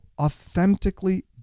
authentically